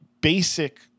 basic –